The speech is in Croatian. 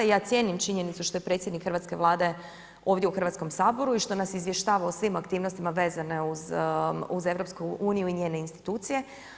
I ja cijenim činjenicu što je predsjednik hrvatske Vlade ovdje u Hrvatskom saboru i što nas izvještava o svim aktivnostima vezane uz EU i njene institucije.